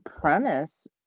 premise